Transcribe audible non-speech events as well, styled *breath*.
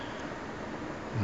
*breath*